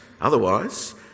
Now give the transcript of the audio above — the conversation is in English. Otherwise